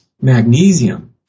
magnesium